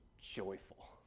joyful